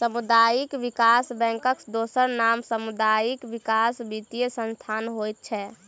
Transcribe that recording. सामुदायिक विकास बैंकक दोसर नाम सामुदायिक विकास वित्तीय संस्थान होइत छै